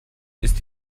ist